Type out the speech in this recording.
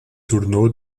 tornou